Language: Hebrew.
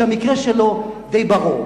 שהמקרה שלו די ברור,